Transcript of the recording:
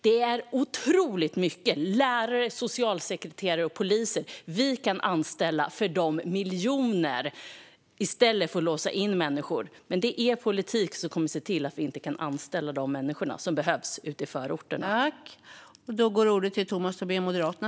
Det är otroligt många lärare, socialsekreterare och poliser som vi kan anställa för dessa miljoner, i stället för att låsa in människor. Det är er politik, Tomas Tobé, som kommer att se till att vi inte kan anställa de människor som behövs ute i förorterna.